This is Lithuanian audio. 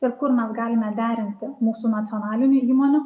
ir kur mes galime derinti mūsų nacionalinių įmonių